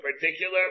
particular